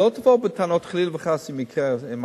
שלא תבואו בטענות חלילה וחס אם יקרה משהו.